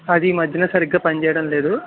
అది ఈ మధ్యన సరిగ్గా పని చేయడం లేదు